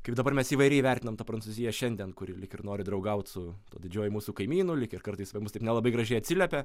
kaip dabar mes įvairiai vertinam tą prancūziją šiandien kuri lyg ir nori draugaut su didžiuoju mūsų kaimynu lyg ir kartais apie mus taip nelabai gražiai atsiliepia